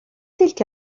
تلك